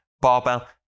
barbell